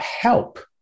help